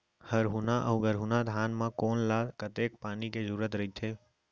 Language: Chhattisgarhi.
हरहुना अऊ गरहुना धान म कोन ला कतेक पानी के जरूरत रहिथे?